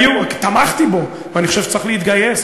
תמכתי בו ואני חושב שצריך להתגייס,